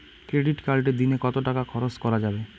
Credit কার্ডে দিনে কত টাকা খরচ করা যাবে?